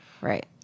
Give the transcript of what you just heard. Right